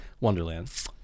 wonderland